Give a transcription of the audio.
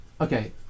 okay